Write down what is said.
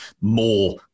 more